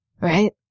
right